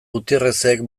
gutierrezek